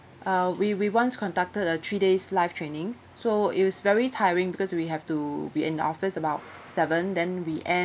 uh we we once conducted a three days life training so it's very tiring because we have to be in the office about seven then we end